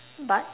but